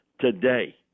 today